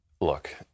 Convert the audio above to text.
look